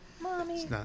Mommy